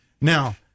Now